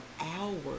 hours